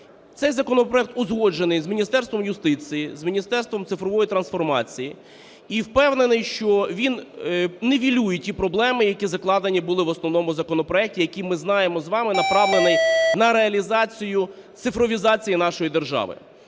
Цей законопроект узгоджений з Міністерством юстиції, з Міністерством цифрової трансформації. І впевнений, що він нівелює ті проблеми, які закладені були в основному законопроекті, який, ми знаємо з вами, направлений на реалізацію цифровізації нашої держави.